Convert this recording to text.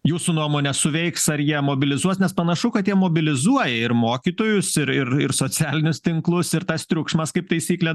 jūsų nuomone suveiks ar jie mobilizuos nes panašu kad jie mobilizuoja ir mokytojus ir ir ir socialinius tinklus ir tas triukšmas kaip taisyklė